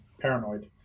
paranoid